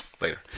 later